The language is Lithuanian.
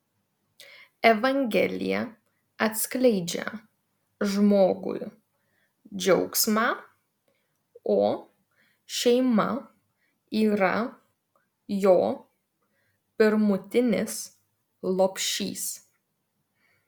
evangelija atskleidžia žmogui džiaugsmą o šeima yra jo pirmutinis lopšys